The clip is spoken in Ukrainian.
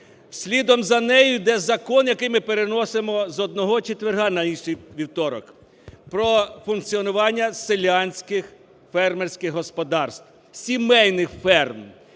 слідом за нею йде закон, який ми переносимо з одного четверга на інший вівторок – про функціонування селянських фермерських господарств, сімейних ферм.